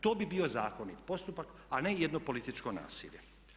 To bi bio zakonit postupak a ne jedno političko nasilje.